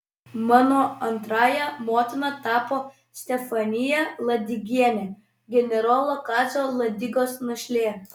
mano antrąja motina tapo stefanija ladigienė generolo kazio ladigos našlė